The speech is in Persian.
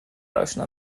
اشنا